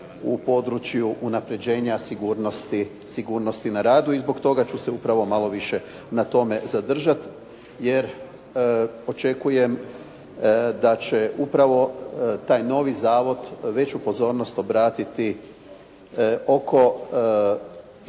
u području unapređenja sigurnosti na radu i zbog toga ću se upravo malo više na tom zadržat. Jer, očekujem da će upravo taj novi zavod veću pozornost obratiti i normalno,